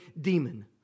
demon